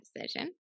decision